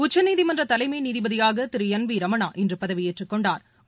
உச்சநீதிமன்றதலைமைநீதிபதியாகதிருஎன் விரமணா இன்றுபதவியேற்றுக் கொண்டாா்